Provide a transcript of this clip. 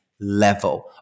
Level